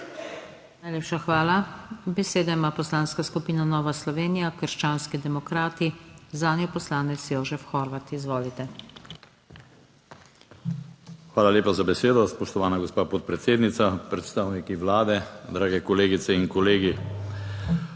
Najlepša hvala. Besedo ima Poslanska skupina Nova Slovenija Krščanski demokrati, zanjo poslanec Jožef Horvat, izvolite. JOŽEF HORVAT (PS NSi): Hvala lepa za besedo, spoštovana gospa podpredsednica, predstavniki Vlade, drage kolegice in kolegi.